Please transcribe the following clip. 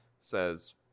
says